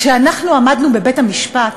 כשעמדנו בבית-המשפט,